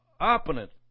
opponent